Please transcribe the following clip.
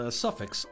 suffix